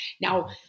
Now